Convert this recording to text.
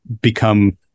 become